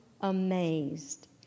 amazed